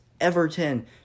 Everton